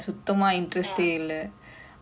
ya